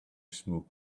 smoke